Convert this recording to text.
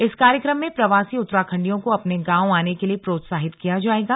इस कार्यक्रम में प्रवासी उत्तराखंडियों को अपने गांव आने के लिए प्रोत्साहित किया जाएगा